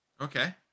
Okay